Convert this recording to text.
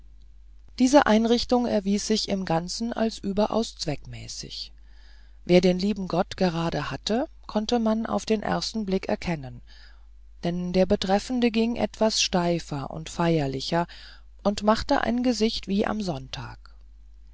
diese einrichtung erwies sich im ganzen als überaus zweckmäßig wer den lieben gott gerade hatte konnte man auf den ersten blick erkennen denn der betreffende ging etwas steifer und feierlicher und machte ein gesicht wie am sonntag